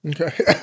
Okay